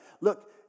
look